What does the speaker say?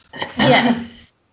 Yes